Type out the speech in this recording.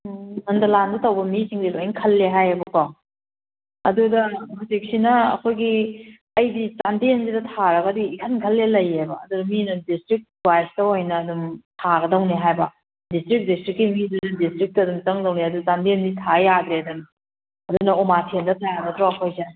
ꯎꯝ ꯅꯟꯗꯂꯥꯟꯗ ꯇꯧꯕ ꯃꯤꯁꯤꯡꯁꯦ ꯂꯣꯏ ꯈꯜꯂꯦ ꯍꯥꯏꯌꯦꯕꯀꯣ ꯑꯗꯨꯗ ꯍꯧꯖꯤꯛꯁꯤꯅ ꯑꯩꯈꯣꯏꯒꯤ ꯑꯩꯗꯤ ꯆꯥꯟꯗꯦꯜꯁꯤꯗ ꯊꯥꯔꯒꯗꯤ ꯏꯈꯟ ꯈꯜꯂꯦ ꯂꯩꯔꯤꯅꯦꯕ ꯑꯗꯨ ꯃꯤꯅ ꯗꯤꯁꯇ꯭ꯔꯤꯛ ꯋꯥꯏꯁꯇ ꯑꯣꯏꯅ ꯑꯗꯨꯝ ꯊꯥꯒꯗꯧꯅꯦ ꯍꯥꯏꯕ ꯗꯤꯁꯇ꯭ꯔꯤꯛ ꯗꯤꯁꯇ꯭ꯔꯤꯛꯀꯤ ꯃꯤꯗꯨꯅ ꯗꯤꯁꯇ꯭ꯔꯤꯛꯇꯨꯗ ꯑꯗꯨꯝ ꯆꯪꯗꯧꯅꯦ ꯑꯗꯨ ꯆꯥꯟꯗꯦꯜꯗꯤ ꯊꯥ ꯌꯥꯗ꯭ꯔꯦꯗꯅ ꯑꯗꯨꯅ ꯑꯣꯃꯥꯊꯦꯟꯗ ꯇꯥꯒꯗ꯭ꯔꯣ ꯑꯩꯈꯣꯏꯁꯦ